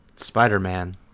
Spider-Man